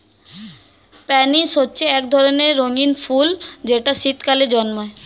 pansy হচ্ছে এক ধরনের রঙিন ফুল যেটা শীতকালে জন্মায়